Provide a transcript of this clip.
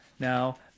Now